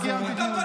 אני אשמח להשיב.